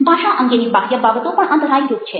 ભાષા અંગેની બાહ્ય બાબતો પણ અંતરાયરૂપ છે